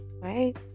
Right